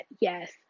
yes